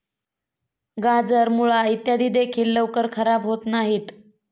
गाजर, मुळा इत्यादी देखील लवकर खराब होत नाहीत